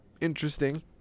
interesting